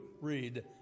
read